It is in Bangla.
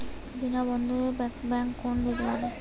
বিনা বন্ধকে কি ব্যাঙ্ক লোন দিতে পারে?